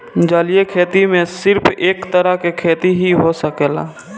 जलीय खेती में सिर्फ एक तरह के खेती ही हो सकेला